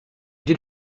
did